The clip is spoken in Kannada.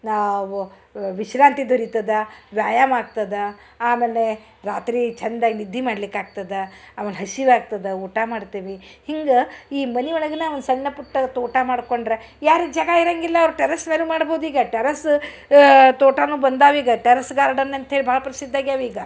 ವಿಶ್ರಾಂತಿ ದೊರಿತದ ವ್ಯಾಯಾಮ ಆಗ್ತದ ಆಮೇಲೆ ರಾತ್ರಿ ಚಂದಾಗ ನಿದ್ದೆ ಮಾಡ್ಲಿಕಾಗ್ತದೆ ಆಮೇಲೆ ಹಸಿವಾಗ್ತದೆ ಊಟ ಮಾಡ್ತೇವಿ ಹಿಂಗೆ ಈ ಮನೆ ಒಳಗನ ಒಂದು ಸಣ್ಣ ಪುಟ್ಟ ತೋಟ ಮಾಡ್ಕೊಂಡ್ರ ಯಾರಿಗೆ ಜಗ ಇರಂಗಿಲ್ಲ ಅವ್ರು ಟೆರೆಸ್ ಮ್ಯಾಲು ಮಾಡ್ಬೋದು ಈಗ ಟೆರಸು ತೋಟನು ಬಂದಾವೀಗ ಟೆರೆಸ್ ಗಾರ್ಡನ್ ಅಂತೇಳಿ ಭಾಳ ಪ್ರಸಿದ್ಧ ಆಗ್ಯಾವ ಈಗ